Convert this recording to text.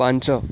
ପାଞ୍ଚ